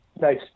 nice